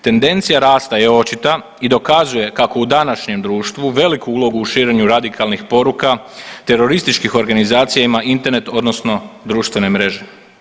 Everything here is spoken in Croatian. Tendencija rasta je očita i dokazuje kako u današnjem društvu veliku ulogu u širenju radikalnih poruka terorističkih organizacija ima Internet odnosno društvene mreže.